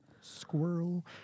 Squirrel